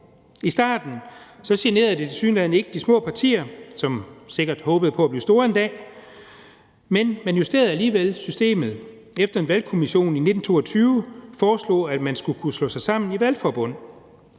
det tilsyneladende ikke de små partier, som sikkert håbede på at blive store en dag, men man justerede alligevel systemet, efter at en valgkommission i 1922 foreslog, at man skulle kunne slå sig sammen i valgforbund.